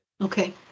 okay